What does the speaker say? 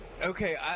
okay